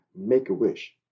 Make-A-Wish